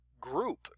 group